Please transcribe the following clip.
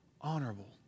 honorable